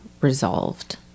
resolved